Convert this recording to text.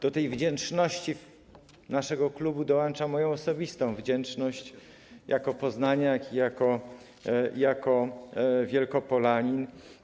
Do tej wdzięczności naszego klubu dołączam moją osobistą wdzięczność jako poznaniak i jako Wielkopolanin.